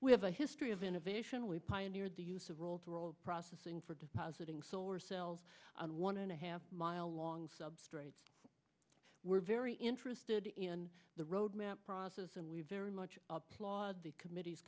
we have a history of innovation we pioneered the use of roll to roll processing for depositing solar cells in one and a half mile long substrates we're very interested in the road map process and we very much applaud the committee